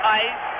ice